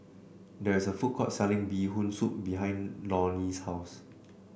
there is a food court selling Bee Hoon Soup behind Lorne's house